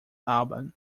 album